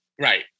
Right